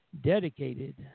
dedicated